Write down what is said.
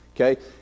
okay